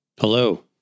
Hello